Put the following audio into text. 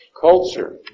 culture